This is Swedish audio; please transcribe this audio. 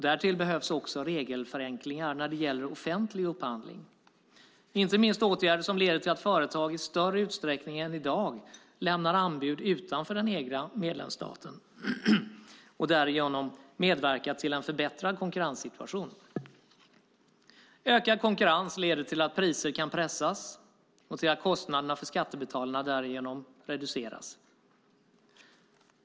Därtill behövs också regelförenklingar när det gäller offentlig upphandling, inte minst åtgärder som leder till att företag i större utsträckning än i dag lämnar anbud utanför den egna medlemsstaten och därigenom medverkar till en förbättrad konkurrenssituation. Ökad konkurrens leder till att priser kan pressas och till att kostnaderna för skattebetalarna därigenom reduceras.